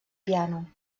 piano